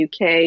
UK